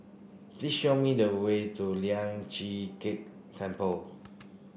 please show me the way to Lian Chee Kek Temple